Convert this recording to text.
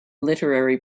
literary